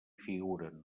figuren